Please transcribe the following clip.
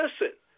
listen